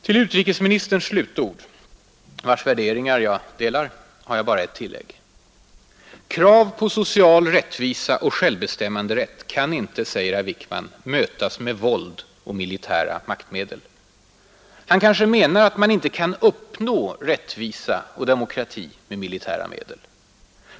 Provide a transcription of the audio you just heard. Till utrikesministerns slutord, vars värderingar jag delar, har jag bara ett tillägg att göra. Krav på social rättvisa och självbestämmanderätt kan inte, säger herr Wickman, ”mötas med våld och militära maktmedel”. Han kanske menar att man inte kan uppnå rättvisa och demokrati med militära medel.